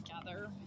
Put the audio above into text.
together